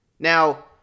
Now